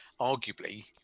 arguably